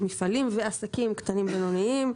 למפעלים ולעסקים קטנים ובינוניים.